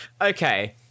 okay